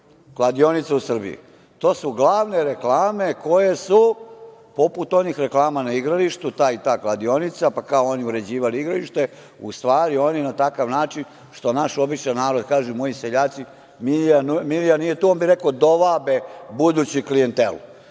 kladionica u Srbiji. To su glavne reklame koje su poput onih reklama na igralištu, ta i ta kladionica, pa kao oni uređivali igralište. U svari, oni na takav način, što naš običan narod kaže, moji seljaci, Milija nije tu, a on bi rekao - dovabe buduću klijentelu.